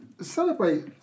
Celebrate